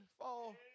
fall